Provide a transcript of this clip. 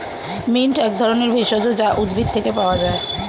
mint এক ধরনের ভেষজ যা উদ্ভিদ থেকে পাওয় যায়